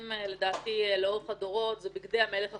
לדעתי לאורך הדורות זה בגדי המלך החדשים.